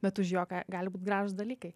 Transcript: bet už jo ga gali būti gražūs dalykai